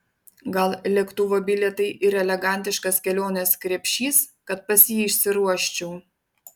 gal lėktuvo bilietai ir elegantiškas kelionės krepšys kad pas jį išsiruoščiau